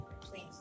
Please